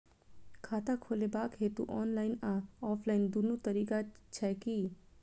खाता खोलेबाक हेतु ऑनलाइन आ ऑफलाइन दुनू तरीका छै की?